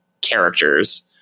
characters